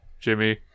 Jimmy